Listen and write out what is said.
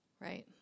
right